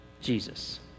Jesus